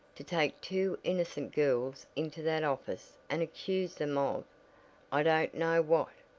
to take two innocent girls into that office and accuse them of i don't know what!